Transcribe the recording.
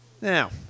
Now